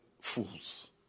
fools